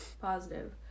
positive